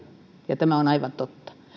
ja tämä on aivan totta